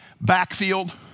backfield